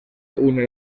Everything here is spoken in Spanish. une